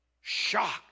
shocked